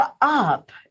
up